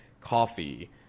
coffee